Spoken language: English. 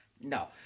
No